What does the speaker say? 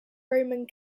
roman